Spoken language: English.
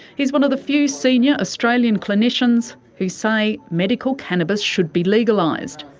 he's one of the few senior australian clinicians who say medical cannabis should be legalised,